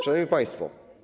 Szanowni Państwo!